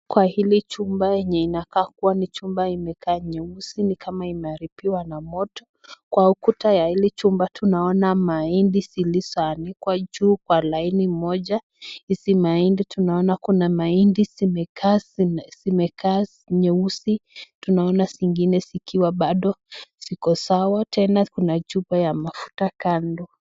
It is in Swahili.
Kwa hili chumba yenye inakaa kuwa ni chumba imekaa nyeusi nikama imeharibiwa na moto, kwa ukuta ya ile nyumba tunaona mahindi zilizoanikwa juu kwa laini moja, izi mahindi tunaona kuna mahindi zimekaa nyeusi tunaona zingine zikiwa bado ziko sawa tena kuna chupa ya mafuta kando.